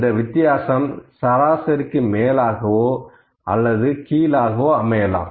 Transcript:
அந்த வித்தியாசம் சராசரிக்கு மேலாகவோ அல்லது கீழாகவோ அமையலாம்